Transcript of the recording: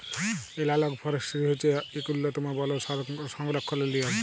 এলালগ forestry হছে ইক উল্ল্যতম বল সংরখ্খলের লিয়ম